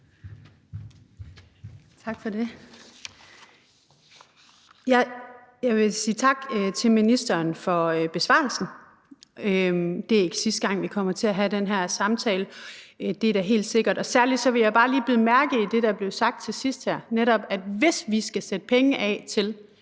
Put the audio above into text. Tak for det. Jeg vil sige tak til ministeren for besvarelsen. Det er ikke sidste gang, vi kommer til at have den her samtale, det er da helt sikkert. Og særligt vil jeg bare lige bide mærke i det, der blev sagt her til sidst, netop at hvis vi skal sætte penge af til,